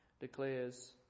declares